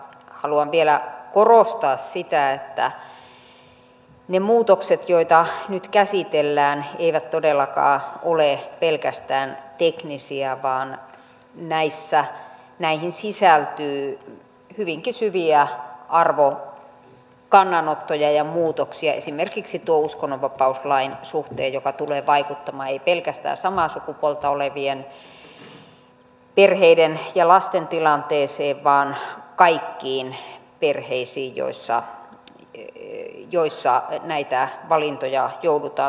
haluan vielä korostaa sitä että ne muutokset joita nyt käsitellään eivät todellakaan ole pelkästään teknisiä vaan näihin sisältyy hyvinkin syviä arvokannanottoja ja muutoksia esimerkiksi uskonnonvapauslain suhteen mikä tulee vaikuttamaan ei pelkästään samaa sukupuolta olevien perheiden ja lasten tilanteeseen vaan kaikkiin perheisiin joissa näitä valintoja joudutaan tekemään